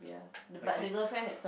okay